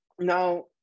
Now